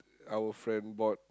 our friend bought